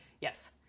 Yes